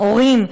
ההורים,